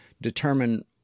determine